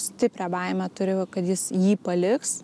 stiprią baimę turi kad jis jį paliks